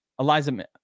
Elijah